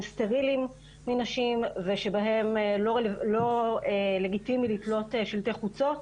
סטריליים מנשים ושבהם לא לגיטימי לתלות שלטי חוצות